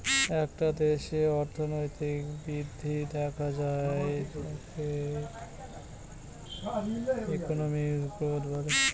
একটা দেশে যে অর্থনৈতিক বৃদ্ধি দেখা যায় তাকে ইকোনমিক গ্রোথ বলে